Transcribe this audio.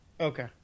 Okay